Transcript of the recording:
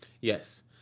Yes